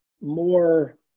more